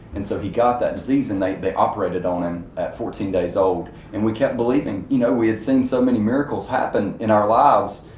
and so he got that disease, and they they operated on him at fourteen days old. and we kept believing, you know. we had seen so many miracles happen in our lives.